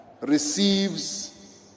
receives